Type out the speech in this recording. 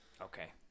okay